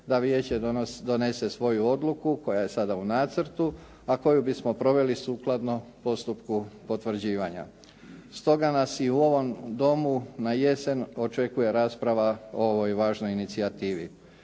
da vijeće donese svoju odluku koja je sada u nacrtu, a koju bismo proveli sukladno postupku potvrđivanja. Stoga nas i u ovom Domu na jesen očekuje rasprava o ovoj važnoj inicijativi.